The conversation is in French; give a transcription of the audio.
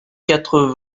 quatre